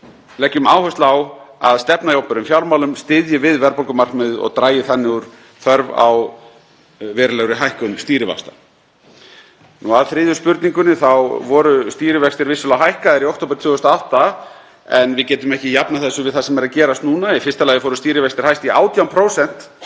leggjum áherslu á að stefna í opinberum fjármálum styðji við verðbólgumarkmiðið og dragi þannig úr þörf á verulegri hækkun stýrivaxta. Að þriðju spurningunni. Stýrivextir voru vissulega hækkaðir í október 2008 en við getum ekki jafnað því við það sem er að gerast núna. Í fyrsta lagi fóru stýrivextir hæst í 18%